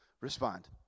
respond